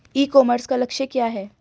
ई commerce का लक्ष्य क्या है?